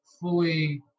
fully